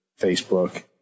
Facebook